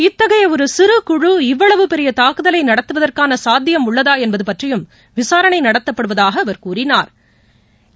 இத்தகைய ஒரு சிறு குழு இவ்வளவு பெரிய தாக்குதலை நடத்துவதுவதற்கான சாத்தியம் உள்ளதா என்பது பற்றியும் விசாரணை நடத்தப்படுவதாக அவா கூறினாா்